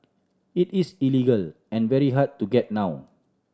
it is illegal and very hard to get now